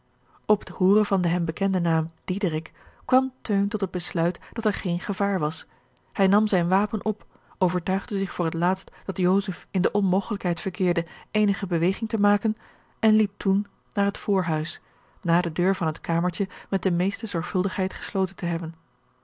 op het hooren van den hem bekenden naam diederik kwam teun tot het besluit dat er geen gevaar was hij nam zijn wapen george een ongeluksvogel op overtuigde zich voor het laatst dat joseph in de onmogelijkheid verkeerde eenige beweging te maken en liep toen naar het voorhuis na de deur van het kamertje met de meeste zorgvuldigheid gesloten te hebben